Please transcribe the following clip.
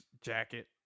jacket